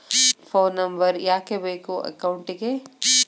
Phone number ಯಾಕೆ ಬೇಕು ಅಕೌಂಟಿಗೆ?